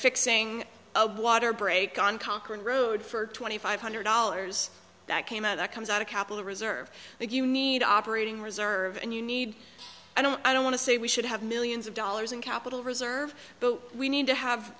fixing a water break on cochran road for twenty five hundred dollars that came out that comes out of capital reserve that you need operating reserve and you need i don't i don't want to say we should have millions of dollars in capital reserves but we need to have